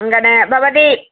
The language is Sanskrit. अङ्गाने भवती